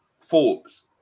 Forbes